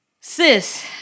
Sis